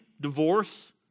divorce